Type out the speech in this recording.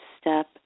step